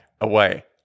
away